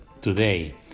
Today